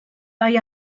bai